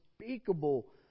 unspeakable